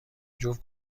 جفت